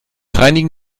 reinigen